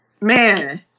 man